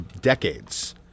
decades